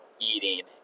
eating